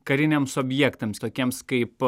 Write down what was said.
kariniams objektams tokiems kaip